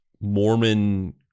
Mormon